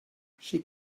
she